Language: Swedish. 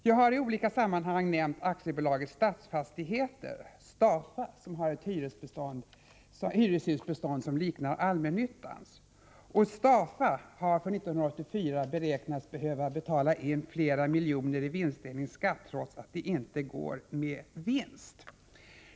Jag har i olika sammanhang nämnt AB Statsfastigheter, Stafa, som har ett hyreshusbestånd som liknar allmännyttans. Stafa har för 1984 beräknats behöva betala in flera miljoner i vinstdelningsskatt trots att det inte går med vinst.